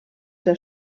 der